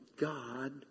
God